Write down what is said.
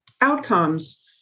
outcomes